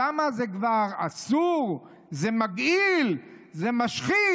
שם זה כבר אסור, זה מגעיל, זה משחית.